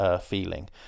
feeling